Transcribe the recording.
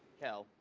kel.